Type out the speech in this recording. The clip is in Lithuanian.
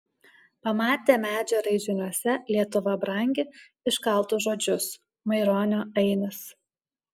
pamatė medžio raižiniuose lietuva brangi iškaltus žodžius maironio ainis